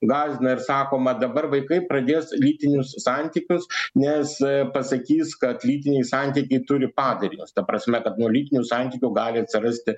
gąsdina ir sakoma dabar vaikai pradės lytinius santykius nes pasakys kad lytiniai santykiai turi padarinius ta prasme kad nuo lytinių santykių gali atsirasti